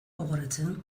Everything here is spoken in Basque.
gogoratzen